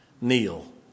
Kneel